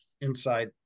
inside